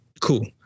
Cool